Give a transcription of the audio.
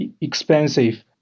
expensive